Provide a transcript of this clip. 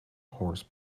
horse